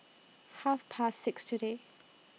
Half Past six today